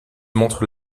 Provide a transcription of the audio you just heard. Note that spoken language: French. montre